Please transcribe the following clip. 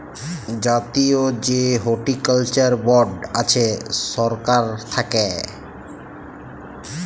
জাতীয় যে horticulture board আছে সরকার থাক্যে